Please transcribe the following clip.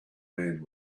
man